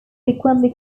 frequently